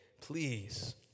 please